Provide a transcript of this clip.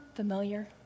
familiar